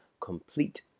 complete